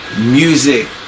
music